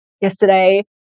yesterday